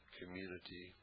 community